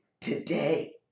today